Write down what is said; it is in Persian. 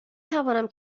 توانم